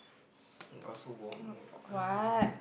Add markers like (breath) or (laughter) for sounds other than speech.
(breath) got so warm I got !ah!